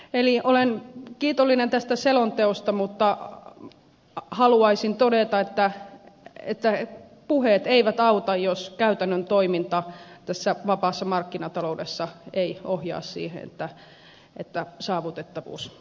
eli olen kiitollinen tästä selonteosta mutta haluaisin todeta että puheet eivät auta jos käytännön toiminta tässä vapaassa markkinataloudessa ei ohjaa siihen että saavutettavuus on kaikkialla